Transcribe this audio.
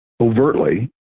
overtly